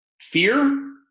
Fear